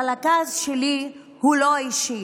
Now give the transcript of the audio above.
אבל הכעס שלי הוא לא אישי,